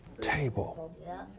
table